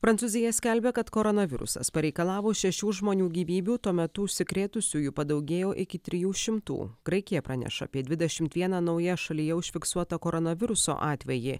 prancūzija skelbia kad koronavirusas pareikalavo šešių žmonių gyvybių tuo metu užsikrėtusiųjų padaugėjo iki trijų šimtų graikija praneša apie dvidešimt vieną naują šalyje užfiksuotą koronaviruso atvejį